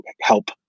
help